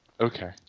okay